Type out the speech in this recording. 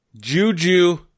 Juju